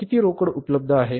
किती रोकड उपलब्ध आहे